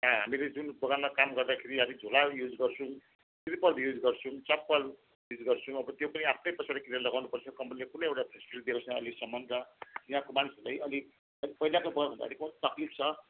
यहाँ हामीहरू जुन बगानमा काम गर्दाखेरि अलिक झोलाहरू युज गर्छौँ तिरपल युज गर्छौँ चप्पल युज गर्छौँ अब त्यो पनि आफ्नै पैसाले किनेर लगाउनुपर्छ कम्पनीले कुनै एउटा फ्यासिलिटी दिएको छैन अहिलेसम्म र यहाँको मानिसहरूलाई अलिक पहिलाको बगानभन्दा अहिले बहुत तकलिफ छ